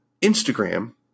Instagram